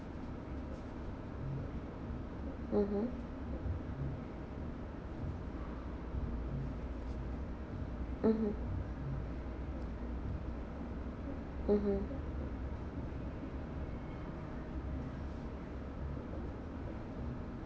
mmhmm mmhmm mmhmm